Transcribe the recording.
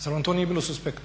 Zar vam to nije bilo suspektno?